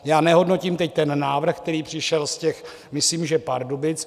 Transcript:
Já nehodnotím teď ten návrh, který přišel z těch myslím že Pardubic.